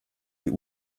die